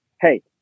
hey